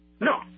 No